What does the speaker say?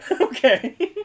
Okay